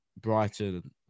Brighton